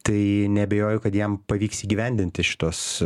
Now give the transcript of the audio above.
tai neabejoju kad jam pavyks įgyvendinti šituos